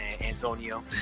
Antonio